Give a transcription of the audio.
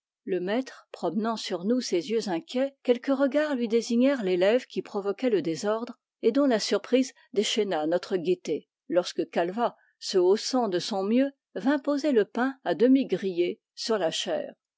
le maitre promenant sur nous des yeux inquiets quelques regards lui désignèrent l'élève qui provoquait le désordre et dont la surprise déchaîna notre gaîté lorsque calvat se haussant de son mieux vint poser le pain à demi grillé sur la chaire